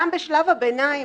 גם בשלב הביניים,